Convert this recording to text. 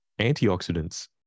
antioxidants